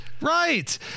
Right